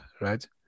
right